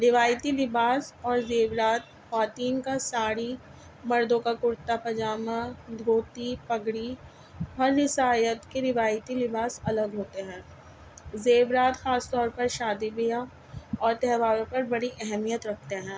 روایتی لباس اور زیورات خواتین کا ساڑی مردوں کا کرتا پائجامہ دھوتی پگڑی ریاست کے روایتی لباس الگ ہوتے ہیں زیورات خاص طور پر شادی بیاہ اور تہواروں پر بڑی اہمیت رکھتے ہیں